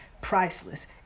priceless